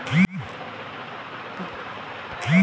मोतिया धान क बिया डलाईत ओकर डाठ कइसन होइ?